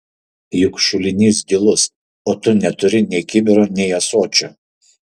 juk šulinys gilus o tu neturi nei kibiro nei ąsočio